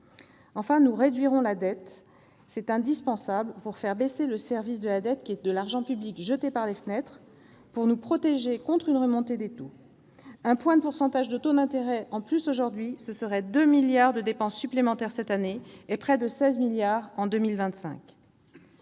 Enfin, nous réduirons la dette. C'est indispensable pour faire baisser le service de la dette, qui est de l'argent public jeté par les fenêtres, et pour nous protéger contre une remontée des taux. Une hausse d'un point des taux d'intérêt aujourd'hui entraînerait 2 milliards d'euros de dépenses supplémentaires dès cette année, et près de 16 milliards d'euros